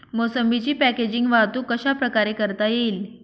मोसंबीची पॅकेजिंग वाहतूक कशाप्रकारे करता येईल?